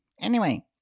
Anyway